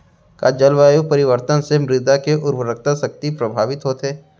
का जलवायु परिवर्तन से मृदा के उर्वरकता शक्ति प्रभावित होथे?